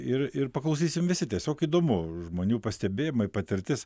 ir ir paklausysim visi tiesiog įdomu žmonių pastebėjimai patirtis